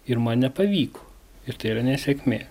ir man nepavyko ir tai yra nesėkmė